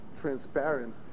transparent